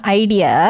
idea